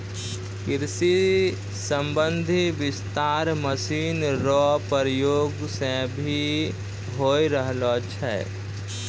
कृषि संबंधी विस्तार मशीन रो प्रयोग से भी होय रहलो छै